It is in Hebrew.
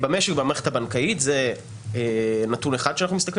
במשק ובמערכת הבנקאית זה נתון אחד שאנחנו מסתכלים